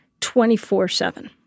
24-7